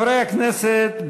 חברי הכנסת,